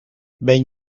ben